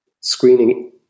screening